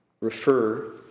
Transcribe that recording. refer